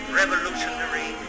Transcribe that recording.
revolutionary